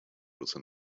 within